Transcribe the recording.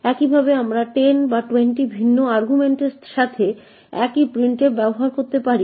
একইভাবে আমরা 10 বা 20 ভিন্ন আর্গুমেন্টের সাথে একই printf ব্যবহার করতে পারি